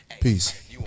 Peace